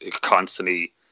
constantly